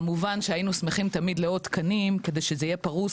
כמובן שהיינו שמחים תמיד לעוד תקנים כדי שזה יהיה פרוס,